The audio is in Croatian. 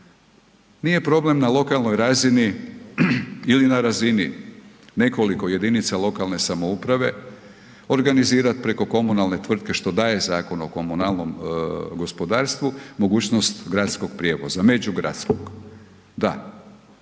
Nije problem na lokalnoj razini ili na razini nekoliko jedinica lokalne samouprave organizirat preko komunalne tvrtke što daje Zakon o komunalnom gospodarstvu mogućnost gradskog prijevoza, međugradskog. Da,